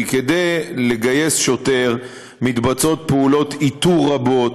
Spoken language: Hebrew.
כדי לגייס שוטר מתבצעות פעולות איתור רבות.